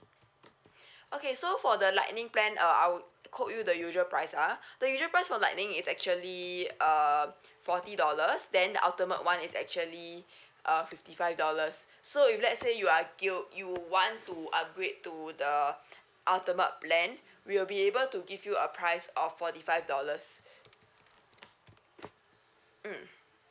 okay so for the lightning plan uh I would quote you the usual price ah the usual price for lighting is actually uh forty dollars then the ultimate one is actually uh fifty five dollars so if let's say you are you you want to upgrade to the ultimate plan we will be able to give you a price of forty five dollars mm